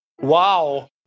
Wow